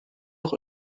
noch